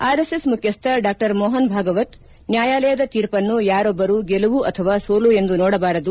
RSS ಮುಖ್ಯಸ್ ಡಾ ಮೋಹನ್ ಭಾಗವತ್ ನ್ಯಾಯಾಲಯದ ತೀರ್ಪನ್ನು ಯಾರೊಬ್ಬರೂ ಗೆಲುವು ಅಥವಾ ಸೋಲು ಎಂದು ಸೋಡಬಾರದು